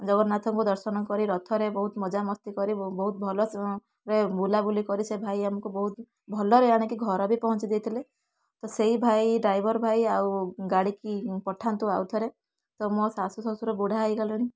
ଜଗନ୍ନାଥଙ୍କୁ ଦର୍ଶନ କରି ରଥରେ ବହୁତ ମଜାମସ୍ତି କରି ବହୁତ ଭଲସେ ରେ ବୁଲାବୁଲି କରି ସେ ଭାଇ ଆମକୁ ବହୁତ ଭଲରେ ଆଣିକି ଘର ବି ପହଞ୍ଚି ଦେଇଥିଲେ ତ ସେଇ ଭାଇ ଡ୍ରାଇଭର ଭାଇ ଆଉ ଗାଡ଼ିକି ପଠାନ୍ତୁ ଆଉ ଥରେ ତ ମୋ ଶାଶୁ ଶ୍ୱଶୁର ବୁଢ଼ା ହେଇଗଲେଣି